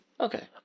Okay